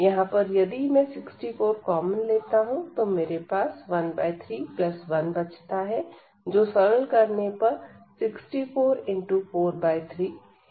यहां पर यदि मैं 64 कॉमन लेता हूं तो मेरे पास 131 बचता है जो सरल करने पर 6443 है